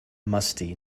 musty